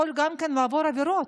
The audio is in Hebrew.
יכול גם לעבור עבירות.